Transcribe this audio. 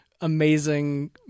amazing